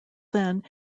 then